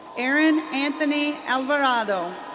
aaron anthony alvarado.